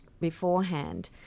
beforehand